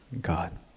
God